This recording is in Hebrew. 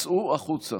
תצאו החוצה.